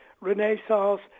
Renaissance